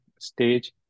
stage